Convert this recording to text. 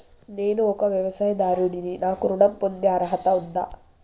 నేను ఒక వ్యవసాయదారుడిని నాకు ఋణం పొందే అర్హత ఉందా?